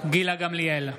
גילה גמליאל,